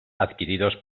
adquiridos